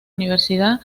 universidad